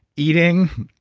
eating,